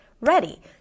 ready